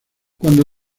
cuando